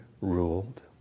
ruled